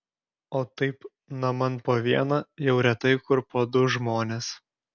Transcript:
o taip naman po vieną jau retai kur po du žmones